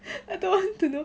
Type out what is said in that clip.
I don't want to know